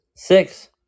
Six